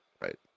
Right